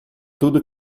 tudo